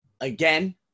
Again